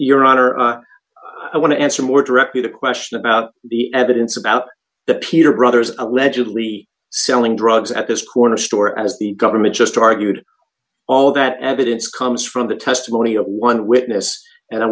your honor i want to answer more directly the question about the evidence about the peter brothers allegedly selling drugs at this corner store as the government just argued all that evidence comes from the testimony of one witness and i